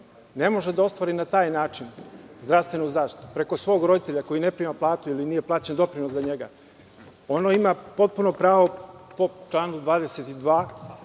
ne može da ostvari na taj način zdravstvenu zaštitu, preko svog roditelja koji ne prima platu ili nije plaćen doprinos za njega, ono ima potpuno pravo po članu 22,